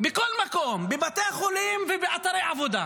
בכל מקום, בבתי החולים ובאתרי עבודה.